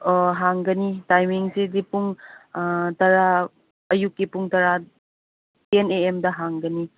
ꯍꯥꯡꯒꯅꯤ ꯇꯥꯏꯃꯤꯡꯁꯤꯗꯤ ꯄꯨꯡ ꯇꯔꯥ ꯑꯌꯨꯛꯀꯤ ꯄꯨꯡ ꯇꯔꯥ ꯇꯦꯟ ꯑꯦ ꯑꯦꯝꯗ ꯍꯥꯡꯒꯅꯤ